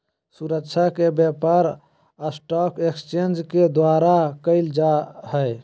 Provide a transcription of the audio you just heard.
सुरक्षा के व्यापार स्टाक एक्सचेंज के द्वारा क़इल जा हइ